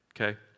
okay